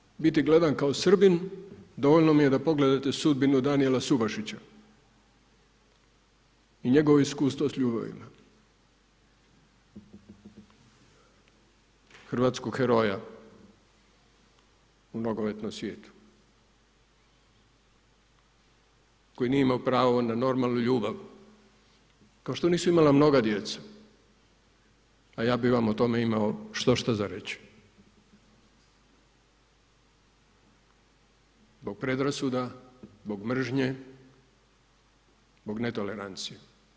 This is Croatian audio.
A u ovoj zemlji biti gledan kao Srbin dovoljno mi je da pogledate sudbinu Danijela Subašića i njegovo iskustvo sa ljubavima, hrvatskog heroja u nogometnom svijetu koji nije imao pravo na normalnu ljubav kao što nisu imala mnoga djeca, a ja bih vam o tome imamo štošta za reći, zbog predrasuda, zbog mržnje, zbog netolerancije.